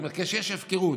כשיש הפקרות.